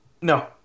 No